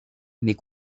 mais